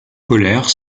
polaires